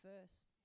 first